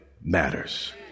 matters